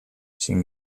syn